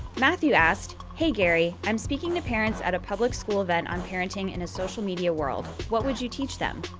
matthew asked, hey gary, i'm speaking to parents at a public school event on parenting in a social media world. what would you teach them?